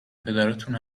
پدراتون